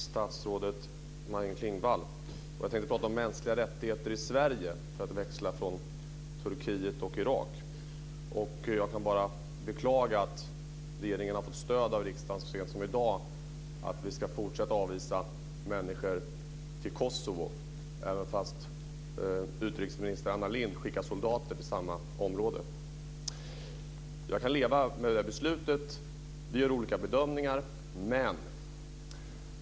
Fru talman! Jag har en fråga till statsrådet Maj Inger Klingvall. Jag tänkte prata om mänskliga rättigheter i Sverige, för att växla över från Turkiet och Irak. Jag kan bara beklaga att regeringen har fått stöd av riksdagen så sent som i dag för att vi ska fortsätta avvisa människor till Kosovo - trots att utrikesminister Anna Lindh skickar soldater till samma område. Jag kan leva med det här beslutet. Vi gör olika bedömningar.